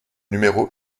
numéro